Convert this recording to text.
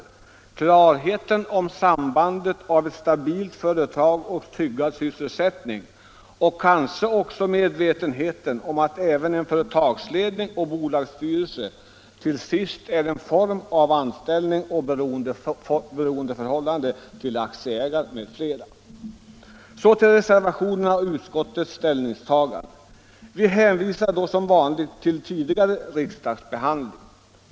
Vi har klart för oss sambandet mellan ett stabilt företag och tryggad sysselsättning, och vi är kanske också medvetna om att även företagsledare och styrelseledamöter har en form av anställning och står i beroendeförhållande till aktieägare m.fl. Så till utskottets ställningstagande och till reservationerna. Utskottet hänvisar som vanligt till tidigare riksdagsbehandling.